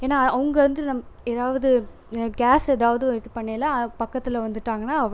ஏன்னால் அவங்க வந்து நமக் ஏதாவது கேஸ் ஏதாவது இது பண்ணையில் பக்கத்தில் வந்துட்டாங்கனா அவ